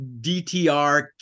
DTR